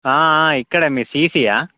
ఎక్కడె మీది సిటియా